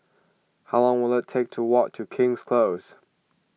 how long will it take to walk to King's Close